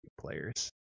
players